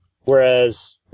Whereas